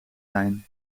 lijn